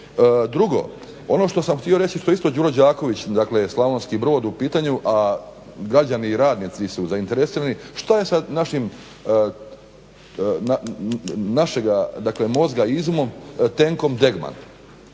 Drugo, ono što sam htio reći što je isto "Đuro Đaković" dakle Slavonski Brod u pitanju, a građani i radnici su zainteresirani, šta je sa našega mozga izumom, tenkom Degman.